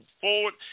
forward